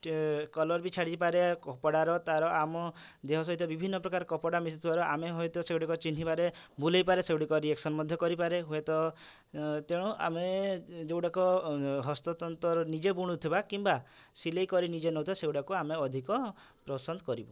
colour ବି ଛାଡ଼ିପାରେ କପଡ଼ାର ତା'ର ଆମ ଦେହ ସହିତ ବିଭିନ୍ନ ପ୍ରକାର କପଡ଼ା ମିଶୁଥିବାରୁ ଆମେ ହୁଏତ ସେଗୁଡ଼ିକ ଚିହ୍ନିବାରେ ଭୁଲ ହୋଇପାରେ ସେଗୁଡ଼ିକ ରିଆକ୍ସନ୍ ମଧ୍ୟ କରିପାରେ ହୁଏତ ତେଣୁ ଆମେ ଯେଉଁଗୁଡ଼ାକ ହସ୍ତତନ୍ତ୍ରର ନିଜେ ବୁଣୁ ଥିବା କିମ୍ୱା ସିଲେଇ କରି ନିଜେ ନେଉ ନ ଥିବା ସେଗୁଡ଼ାକୁ ଆମେ ଅଧିକ ପସନ୍ଦ କରିବୁ